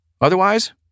Otherwise